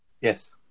yes